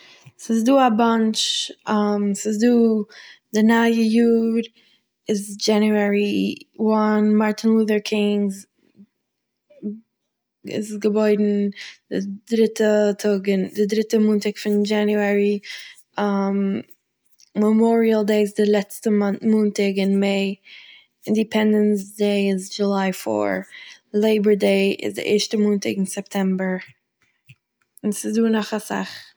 ס'איז דא א באנטש ס'איז דא: די נייע יאר איז דזשאניוערי וואן, מארטין לוט'ער קינג'ס, ער איז געבוירן די דריטע טאג- די דריטע מאנטאג פון דזשאניוערי. מעמאריעל דעי איז די לעצטע מאנטאג אין מעי, אינדיפענדענס דעי איז דזשוליי פאור. לעיבאר דעי איז די ערשטע מאנטאג אין סעפטעמבער. און ס'איז דא נאך אסאך